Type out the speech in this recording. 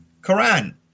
Quran